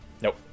Nope